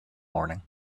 morning